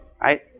Right